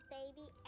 baby